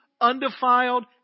undefiled